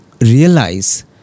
realize